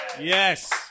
Yes